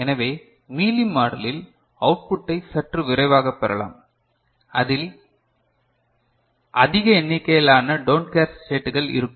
எனவே மீலி மாடலில் அவுட்புட்டை சற்று விரைவாகப் பெறலாம் அதிக எண்ணிக்கையிலான டோன்ட் கேர் ஸ்டேட்கள் இருக்கும்